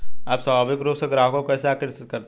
आप स्वाभाविक रूप से ग्राहकों को कैसे आकर्षित करते हैं?